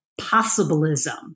possibilism